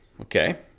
Okay